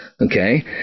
okay